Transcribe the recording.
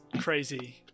crazy